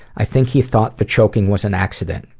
i think he thought the choking was an accident.